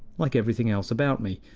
like everything else about me,